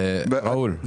--- ראול,